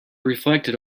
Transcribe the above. reflected